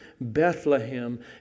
Bethlehem